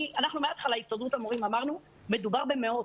מהתחלה בהסתדרות המורים אמרנו שמדובר במאות.